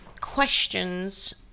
questions